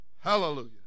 hallelujah